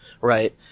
right